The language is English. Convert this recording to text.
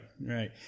right